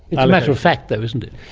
it's a matter of fact though, isn't it.